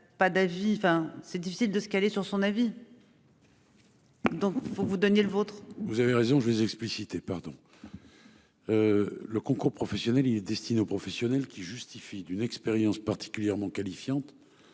c'est difficile de se caler sur son avis. Donc pour vous, Daniel votre vous avez raison, je les expliciter pardon. Le concours professionnel il se destine aux professionnels qui justifie d'une expérience particulièrement qualifiantes.